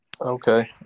Okay